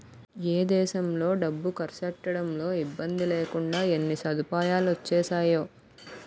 ఏ దేశంలో డబ్బు కర్సెట్టడంలో ఇబ్బందిలేకుండా ఎన్ని సదుపాయాలొచ్చేసేయో